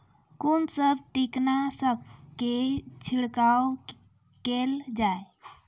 कून सब कीटनासक के छिड़काव केल जाय?